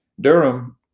Durham